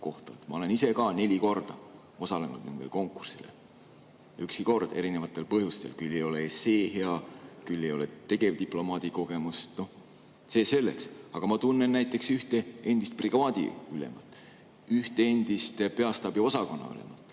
Ma olen ise ka neli korda osalenud nendel konkurssidel. Ükski kord, erinevatel põhjustel[, pole läbinud]: küll ei ole essee hea, küll ei ole tegevdiplomaadi kogemust. Aga see selleks. Ma tunnen näiteks ühte endist brigaadiülemat, ühte endist peastaabi osakonna ülemat,